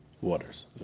waters